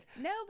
No